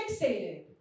fixated